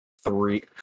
three